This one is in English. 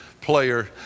player